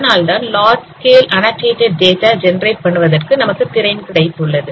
அதனால்தான் large scale annotated data generate பண்ணுவதற்கு நமக்கு திறன் கிடைத்துள்ளது